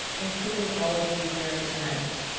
including all of you here tonight.